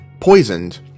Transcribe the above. poisoned